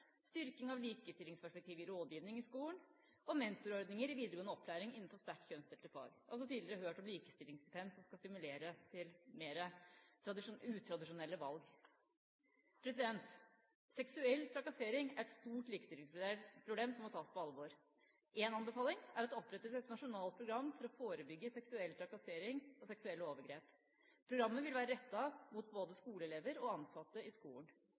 styrking av likestillingsperspektivet i rådgivning i skolen, og mentorordninger i videregående opplæring innenfor sterkt kjønnsdelte fag – jeg har også tidligere hørt om likestillingsstipend som skal stimulere til mer utradisjonelle valg. Seksuell trakassering er et stort likestillingsproblem som må tas på alvor. En anbefaling er at det opprettes et nasjonalt program for å forebygge seksuell trakassering og seksuelle overgrep. Programmet vil være rettet mot både skoleelever og ansatte i skolen.